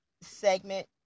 segment